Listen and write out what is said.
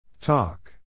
Talk